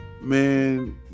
man